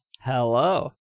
hello